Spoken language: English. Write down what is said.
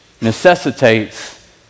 necessitates